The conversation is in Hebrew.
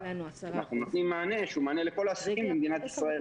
אנחנו נותנים מענה שהוא מענה לכל העסקים במדינת ישראל.